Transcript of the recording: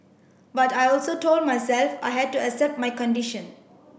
but I also told myself I had to accept my condition